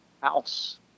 house